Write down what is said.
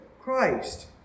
Christ